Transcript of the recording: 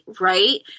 Right